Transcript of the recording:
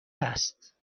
هست